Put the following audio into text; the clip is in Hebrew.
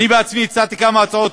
אני בעצמי הצעתי כמה הצעות